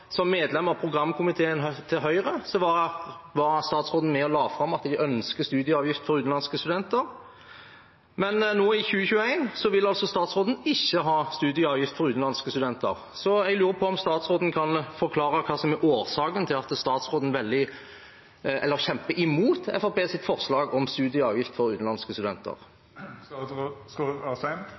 som medlem av programkomiteen til Høyre, var statsråden med og la fram at de ønsker studieavgift for utenlandske studenter. Men nå, i 2021, vil altså statsråden ikke ha studieavgift for utenlandske studenter. Så jeg lurer på: Kan statsråden forklare hva som er årsaken til at han kjemper imot Fremskrittspartiets forslag om studieavgift for utenlandske studenter?